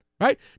Right